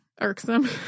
irksome